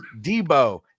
Debo